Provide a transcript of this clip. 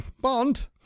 Bond